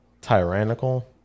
Tyrannical